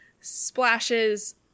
splashes